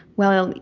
well,